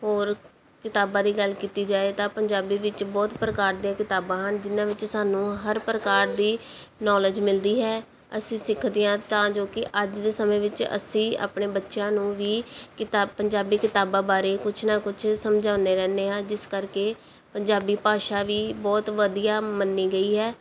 ਔਰ ਕਿਤਾਬਾਂ ਦੀ ਗੱਲ ਕੀਤੀ ਜਾਏ ਤਾਂ ਪੰਜਾਬੀ ਵਿੱਚ ਬਹੁਤ ਪ੍ਰਕਾਰ ਦੀਆਂ ਕਿਤਾਬਾਂ ਹਨ ਜਿਹਨਾਂ ਵਿੱਚ ਸਾਨੂੰ ਹਰ ਪ੍ਰਕਾਰ ਦੀ ਨੌਲੇਜ ਮਿਲਦੀ ਹੈ ਅਸੀਂ ਸਿੱਖਦੇ ਹਾਂ ਤਾਂ ਜੋ ਕਿ ਅੱਜ ਦੇ ਸਮੇਂ ਵਿੱਚ ਅਸੀਂ ਆਪਣੇ ਬੱਚਿਆਂ ਨੂੰ ਵੀ ਕਿਤਾ ਪੰਜਾਬੀ ਕਿਤਾਬਾਂ ਬਾਰੇ ਕੁਛ ਨਾ ਕੁਛ ਸਮਝਾਉਂਦੇ ਰਹਿੰਦੇ ਹਾਂ ਜਿਸ ਕਰਕੇ ਪੰਜਾਬੀ ਭਾਸ਼ਾ ਵੀ ਬਹੁਤ ਵਧੀਆ ਮੰਨੀ ਗਈ ਹੈ